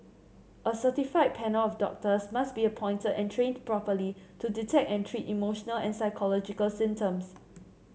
a certified panel of doctors must be appointed and trained properly to detect and treat emotional and psychological symptoms